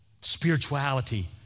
spirituality